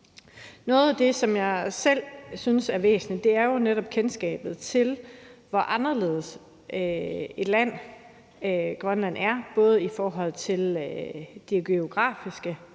Noget af det, som jeg selv synes er væsentligt, er netop kendskabet til, hvor anderledes et land Grønland er, både i forhold til det geografiske,